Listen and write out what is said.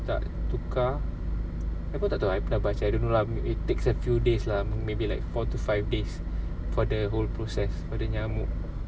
tak tukar I pun tak tahu I pernah baca I don't know lah maybe takes a few days lah maybe like four to five days for the whole process for the nyamuk